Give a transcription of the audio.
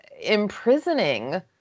imprisoning